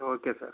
okay sir